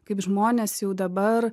kaip žmonės jau dabar